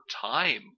time